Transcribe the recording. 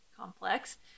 complex